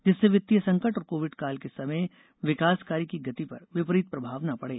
जिससे वित्तीय संकट और कोविड काल के समय विकास कार्य की गति पर विपरीप प्रभाव न पड़े